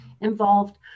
involved